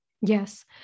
Yes